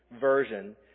version